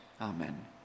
Amen